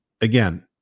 Again